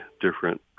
different